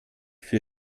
für